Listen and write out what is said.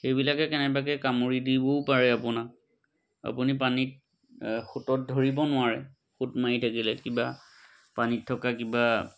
সেইবিলাকে কেনেবাকৈ কামুৰি দিবও পাৰে আপোনাক আপুনি পানীত সোঁতত ধৰিব নোৱাৰে সোঁত মাৰি থাকিলে কিবা পানীত থকা কিবা